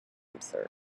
answer